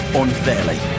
unfairly